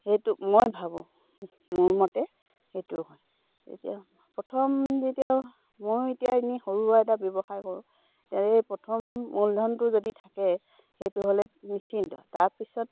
সেইটো মই ভাবোঁ মোৰ মতে সেইটো হয় প্ৰথম যেতিয়া ময়ো এতিয়া এনেই সৰু এটা ব্যৱসায় কৰোঁ এতিয়া এই প্ৰথম মূলধনটো যদি থাকে সেইটো হ'লে নিশ্চিন্ত তাৰপিছত